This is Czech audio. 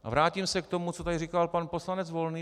A vrátím se k tomu, co tady říkal pan poslanec Volný.